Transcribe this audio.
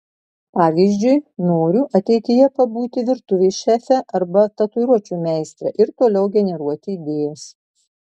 pavyzdžiui noriu ateityje pabūti virtuvės šefe arba tatuiruočių meistre ir toliau generuoti idėjas